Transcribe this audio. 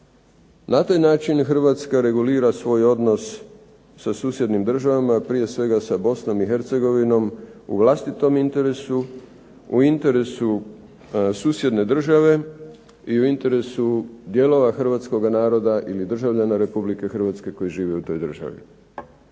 Na taj način Hrvatska regulira svoj odnos sa susjednim državama, a prije svega sa Bosnom i Hercegovinom u vlastitom interesu, u interesu susjedne države i u interesu dijelova hrvatskoga naroda ili državljana Republike Hrvatske koji žive u toj državi.